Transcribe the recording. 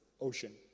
ocean